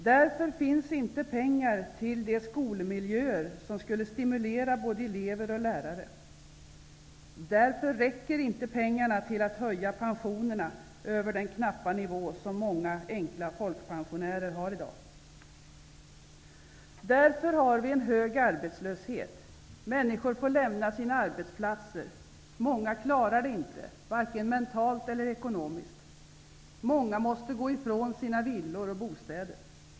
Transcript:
Därför finns det inte pengar till de skolmiljöer som skulle stimulera både elever och lärare. Därför räcker inte pengarna till att höja pensionerna över den knappa nivå som många folkpensionärer har i dag. Därför har vi en hög arbetslöshet. Människor får lämna sina arbetsplatser. Många klarar det inte, vare sig mentalt eller ekonomiskt. Många måste gå ifrån sina villor och bostäder.